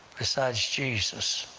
besides jesus.